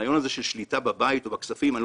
הרעיון הזה של שליטה בבית או בכספים איני